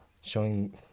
showing